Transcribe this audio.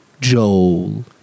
Joel